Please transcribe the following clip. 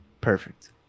Perfect